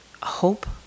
hope